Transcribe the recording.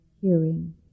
hearing